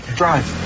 drive